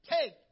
take